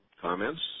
Comments